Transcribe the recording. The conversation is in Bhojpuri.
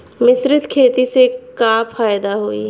मिश्रित खेती से का फायदा होई?